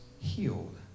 healed